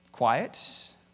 quiet